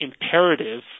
imperative